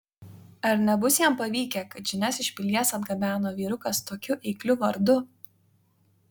ar nebus jam pavykę kad žinias iš pilies atgabeno vyrukas tokiu eikliu vardu